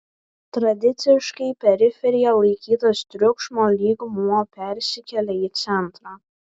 tradiciškai periferija laikytas triukšmo lygmuo persikelia į centrą